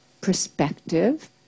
perspective